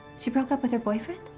she broke up with her boyfriend?